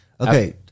Okay